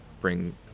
bring